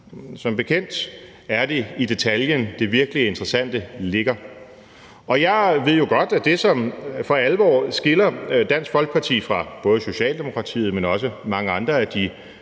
Som bekendt er det i detaljen, det virkelig interessante ligger. Jeg ved jo godt, at det, som for alvor skiller Dansk Folkeparti fra både Socialdemokratiet, men også mange andre af de